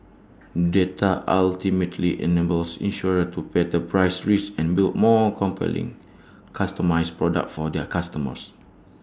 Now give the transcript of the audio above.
data ultimately enables insurers to better price risk and build more compelling customised products for their customers